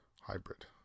hybrid